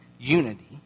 unity